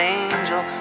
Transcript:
angel